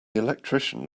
electrician